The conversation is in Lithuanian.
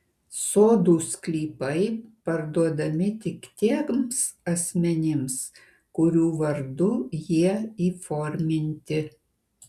sodų sklypai parduodami tik tiems asmenims kurių vardu jie įforminti